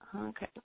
Okay